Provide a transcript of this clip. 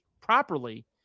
properly